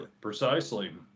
Precisely